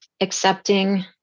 accepting